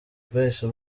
bwahise